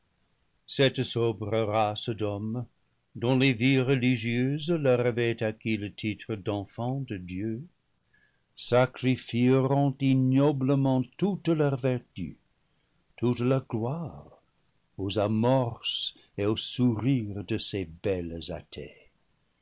cette sobre race d'hommes dont les vies re ligieuses leur avaient acquis le titre d'enfants de dieu sacri fieront ignoblement toute leur vertu toute leur gloire aux amorces et aux sourires de ces belles athées